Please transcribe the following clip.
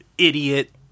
idiot